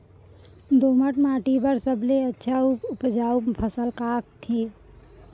दोमट माटी बर सबले अच्छा अऊ उपजाऊ फसल का हे?